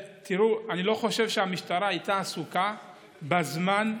אני לא חושב שהמשטרה הייתה עסוקה בזמן,